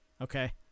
okay